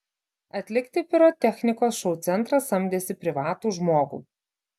atlikti pirotechnikos šou centras samdėsi privatų žmogų